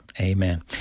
Amen